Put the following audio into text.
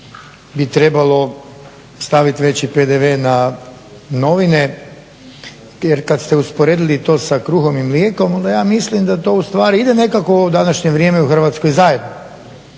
bi trebalo staviti veći PDV na novine jer kad ste usporedili to sa kruhom i mlijekom onda ja mislim da to ustvari ide nekako u današnje vrijeme u Hrvatskoj zajedno